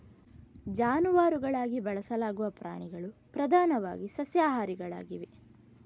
ಜಾನುವಾರುಗಳಾಗಿ ಬಳಸಲಾಗುವ ಪ್ರಾಣಿಗಳು ಪ್ರಧಾನವಾಗಿ ಸಸ್ಯಾಹಾರಿಗಳಾಗಿವೆ